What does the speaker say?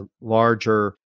larger